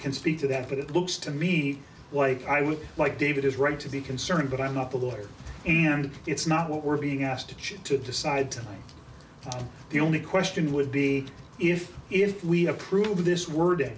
can speak to that but it looks to me like i would like david is right to be concerned but i'm not a lawyer and it's not what we're being asked to choose to decide tonight the only question would be if if we approve this word